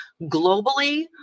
globally